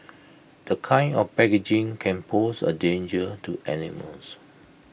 the kind of packaging can pose A danger to animals